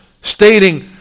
stating